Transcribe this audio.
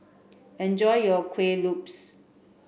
enjoy your Kuih Lopes